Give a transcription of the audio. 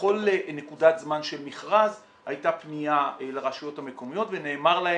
בכל נקודת זמן של מכרז הייתה פנייה לרשויות המקומיות ונאמר להם,